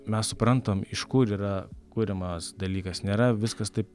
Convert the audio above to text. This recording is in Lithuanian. mes suprantam iš kur yra kuriamas dalykas nėra viskas taip